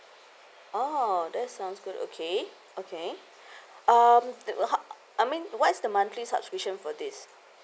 oh that's sounds good okay okay um how I mean what is the monthly subscription for this